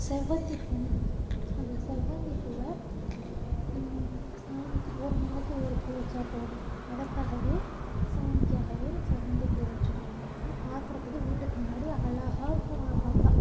செவ்வந்தி பூன்னு இருக்குது அந்த செவ்வந்தி பூவை சாமிக்கு ஒரு நாளைக்கு ஒரு பூ வைச்சா போதும் அதற்காகவே சாமிக்காகவே அந்த செவ்வந்தி பூ வச்சுக்குவோம் ஆனால் பார்க்குறதுக்கு வீட்டுக்கு முன்னாடி அழகா இருக்கும் அதை பார்த்தா